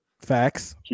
Facts